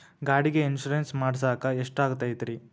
ಗಾಡಿಗೆ ಇನ್ಶೂರೆನ್ಸ್ ಮಾಡಸಾಕ ಎಷ್ಟಾಗತೈತ್ರಿ?